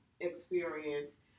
experience